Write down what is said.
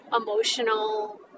emotional